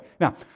Now